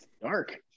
Dark